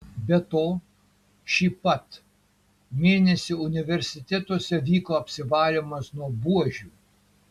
be to šį pat mėnesį universitetuose vyko apsivalymas nuo buožių